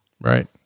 right